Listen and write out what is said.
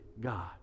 God